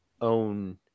own